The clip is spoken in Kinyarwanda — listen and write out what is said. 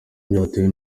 byatewe